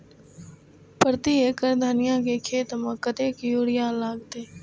प्रति एकड़ धनिया के खेत में कतेक यूरिया लगते?